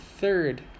third